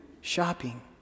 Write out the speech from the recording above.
shopping